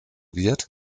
wird